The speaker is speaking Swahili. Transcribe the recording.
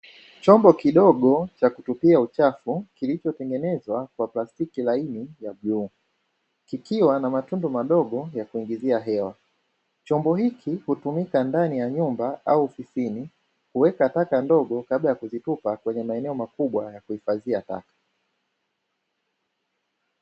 Chombo kidogo cha kutupia uchafu, kilichotengenezwa kwa plastiki laini ya vioo, kikiwa na matundu madogo ya kuingizia hewa. Chombo hiki hutumika ndani ya nyumba au ofisini kuweka taka ndogo kabla ya kutupa kwenye maeneo makubwa ya kuhifadhia taka.